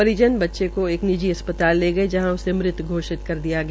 परिजन बच्चे को एक निजी अस्पताल ले गये जहां उसे मृत घोषित कर दिया गया